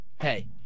Hey